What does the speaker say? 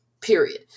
period